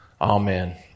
Amen